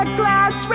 glass